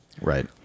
right